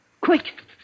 Quick